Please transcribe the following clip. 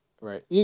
right